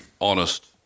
honest